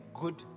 good